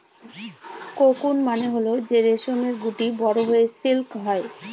cocoon মানে হল যে রেশমের গুটি বড়ো হয়ে সিল্ক হয়